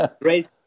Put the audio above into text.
great